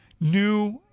new